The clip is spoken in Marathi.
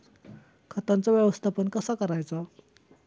खताचा व्यवस्थापन कसा करायचा?